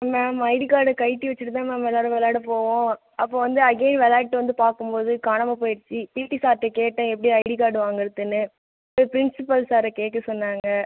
ma'am ID card கழட்டி வச்சுட்டு தான் மேம் எல்லோரும் விளையாட போவோம் அப்போது வந்து அகைன் விளையாடிட்டு வந்து பார்க்கும் போது காணாமல் போயிடுச்சு பிட்டீ சார்ட்ட கேட்டேன் எப்படி ஐடி கார்டு வாங்கிறதுன்னு போய் ப்ரின்ஸிபல் சார்ரை கேட்க சொன்னாங்கள்